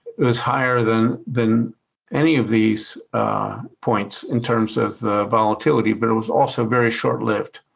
is higher than than any of these points, in terms of the volatility, but it was also very short lived.